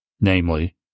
namely